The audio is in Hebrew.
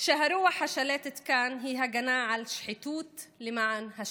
שהרוח השלטת כאן היא הגנה על שחיתות למען השליט.